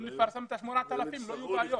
אם נפרסם את ה-8,000 לא יהיו בעיות.